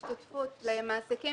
השתתפות למעסיקים